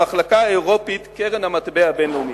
המחלקה האירופית, קרן המטבע הבין-לאומית.